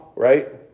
right